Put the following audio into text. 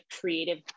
creative